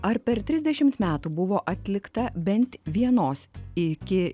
ar per trisdešimt metų buvo atlikta bent vienos iki